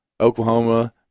Oklahoma